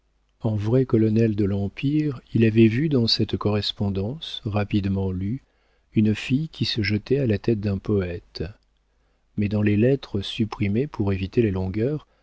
en vrai colonel de l'empire il avait vu dans cette correspondance rapidement lue une fille qui se jetait à la tête d'un poëte mais dans les lettres supprimées pour éviter les longueurs